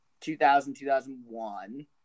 2000-2001